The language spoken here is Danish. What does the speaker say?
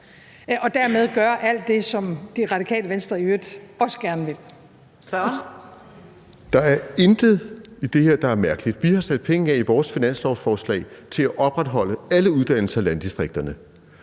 Spørgeren. Kl. 13:54 Martin Lidegaard (RV): Der er intet i det her, der er mærkeligt. Vi har sat penge af i vores finanslovsforslag til at opretholde alle uddannelser i landdistrikterne.